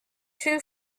two